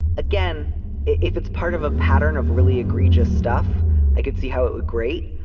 again if it's part of a pattern of really egregious stuff i could see how it great.